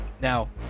Now